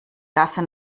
gasse